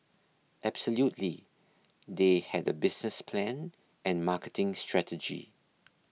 absolutely they had a business plan and marketing strategy